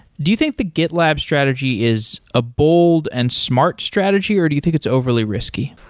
do you think the gitlab strategy is a bold and smart strategy, or do you think it's overly risky?